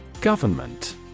Government